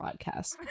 podcast